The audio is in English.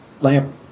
lamp